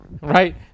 Right